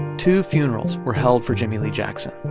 two funerals were held for jimmie lee jackson.